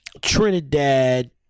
Trinidad